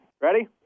Ready